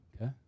okay